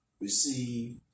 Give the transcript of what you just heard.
receive